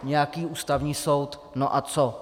Nějaký Ústavní soud, no a co.